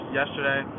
yesterday